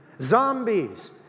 Zombies